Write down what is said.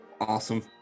awesome